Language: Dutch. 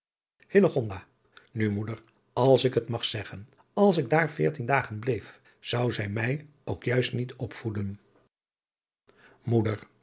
hillegonda nu moeder als ik het mag zeggen als ik daar veertien dagen bleef zou zij mij ook juist niet opvoeden